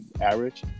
average